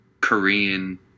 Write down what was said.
korean